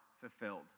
fulfilled